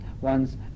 one's